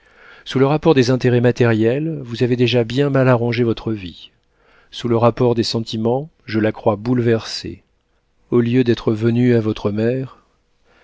sous le rapport des intérêts matériels vous avez déjà bien mal arrangé votre vie sous le rapport des sentiments je la crois bouleversée au lieu d'être venue à votre mère